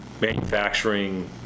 manufacturing